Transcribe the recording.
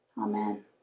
Amen